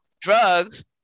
drugs